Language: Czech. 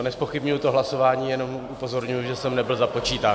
Nezpochybňuji to hlasování, jenom upozorňuji, že jsem nebyl započítán.